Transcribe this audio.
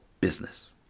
business